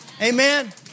Amen